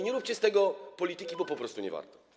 Nie róbcie z tego polityki, bo po prostu nie warto.